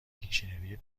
دیکشنری